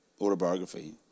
autobiography